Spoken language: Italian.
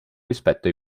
rispetto